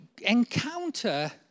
encounter